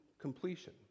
completion